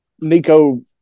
Nico